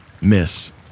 Miss